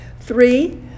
Three